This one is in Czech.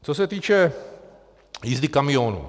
Co se týče jízdy kamionů.